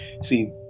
See